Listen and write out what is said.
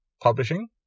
publishing